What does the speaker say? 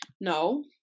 No